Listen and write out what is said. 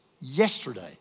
yesterday